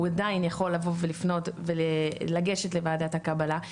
הוא עדיין יכול לבוא ולפנות ולגשת לוועדת הקבלה.